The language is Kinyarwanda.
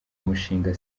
mushinga